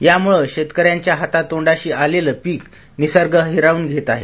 या मुळ शेतकऱ्यांच्या हातातोंडाशी आलेल पिक निसर्ग हिरावून घेत आहे